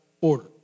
order